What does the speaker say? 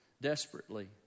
desperately